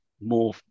more